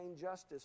justice